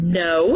no